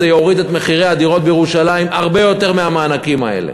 זה יוריד את מחירי הדירות בירושלים הרבה יותר מהמענקים האלה.